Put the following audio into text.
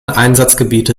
einsatzgebiete